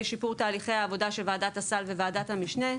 שיפור תהליכי העבודה של ועדת הסל וועדת המשנה,